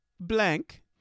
blank